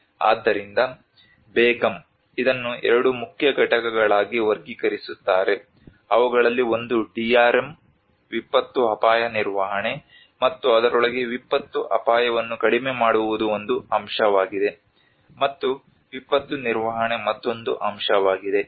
ಆದ್ದರಿಂದ ಬೇಗಂ ಇದನ್ನು ಎರಡು ಮುಖ್ಯ ಘಟಕಗಳಾಗಿ ವರ್ಗೀಕರಿಸುತ್ತಾರೆ ಅವುಗಳಲ್ಲಿ ಒಂದು DRM ವಿಪತ್ತು ಅಪಾಯ ನಿರ್ವಹಣೆ ಮತ್ತು ಅದರೊಳಗೆ ವಿಪತ್ತು ಅಪಾಯವನ್ನು ಕಡಿಮೆ ಮಾಡುವುದು ಒಂದು ಅಂಶವಾಗಿದೆ ಮತ್ತು ವಿಪತ್ತು ನಿರ್ವಹಣೆ ಮತ್ತೊಂದು ಅಂಶವಾಗಿದೆ